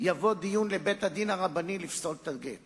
יהיה דיון בבית-הדין הרבני והוא יפסול את הגט